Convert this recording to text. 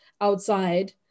outside